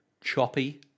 Choppy